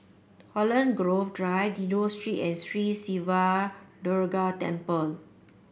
Holland Grove Drive Dido Street and Sri Siva Durga Temple